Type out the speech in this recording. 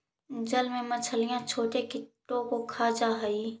जल में मछलियां छोटे कीटों को खा जा हई